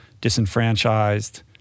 disenfranchised